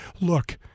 look